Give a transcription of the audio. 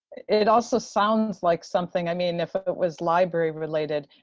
it also sounds like something i mean if if it was library related,